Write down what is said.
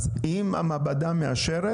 אז אם המעבדה מאשרת,